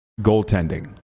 goaltending